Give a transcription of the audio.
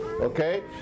Okay